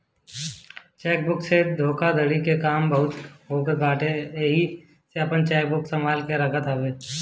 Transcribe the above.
check book से धोखाधड़ी के काम बहुते होत बाटे एही से अपनी चेकबुक के संभाल के रखे के चाही